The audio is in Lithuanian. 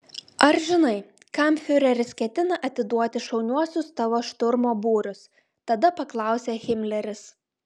ar žinai kam fiureris ketina atiduoti šauniuosius tavo šturmo būrius tada paklausė himleris